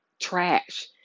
trash